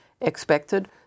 expected